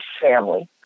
family